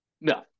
No